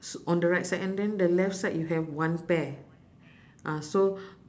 s~ on the right side and then the left side you have one pair ah so